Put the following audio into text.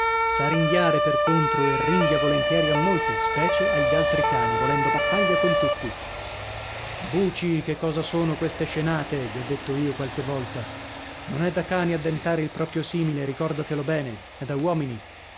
sa ringhiare per contro e ringhia volentieri a molti specie agli altri cani volendo battaglia con tutti buci che cosa sono queste scenate gli ho detto io qualche volta non è da cani addentare il proprio simile ricordatelo bene è da uomini